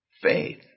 faith